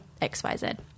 xyz